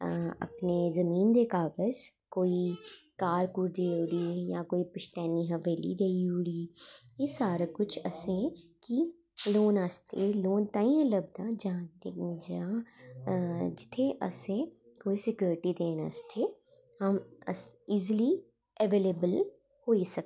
अपनें जमीन दे कागज़ जां कार कूर दे जां पुशतानी हवेली देई ओड़ी एह् सारा कुश असेंगी लोग आस्ते लोग तांई गै जां ते जां जां जित्थें असैं स्कयोरिटी आस्तै इजली अवेलेवल होई सकदा ऐ